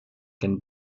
can